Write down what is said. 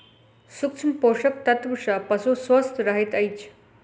सूक्ष्म पोषक तत्व सॅ पशु स्वस्थ रहैत अछि